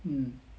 hmm